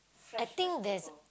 I think that